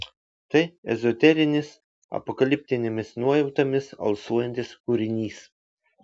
tai ezoterinis apokaliptinėmis nuojautomis alsuojantis kūrinys